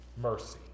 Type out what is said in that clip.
mercy